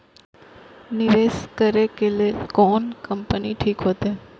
निवेश करे के लेल कोन कंपनी ठीक होते?